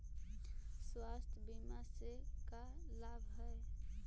स्वास्थ्य बीमा से का लाभ है?